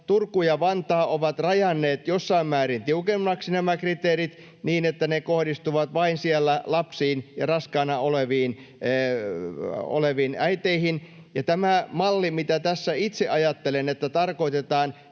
Turku ja Vantaa ovat rajanneet jossain määrin tiukemmiksi nämä kriteerit, niin että ne kohdistuvat siellä vain lapsiin ja raskaana oleviin äiteihin. Ja tämä malli, mitä tässä itse ajattelen, mitä tarkoitetaan